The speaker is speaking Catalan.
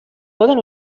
poden